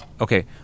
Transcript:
Okay